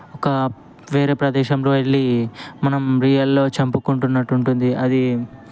వేరే ప్రదేశంలో వెళ్ళీ మనం రియల్లో చంపుకుంట్టునట్టు ఉంటుంది